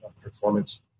performance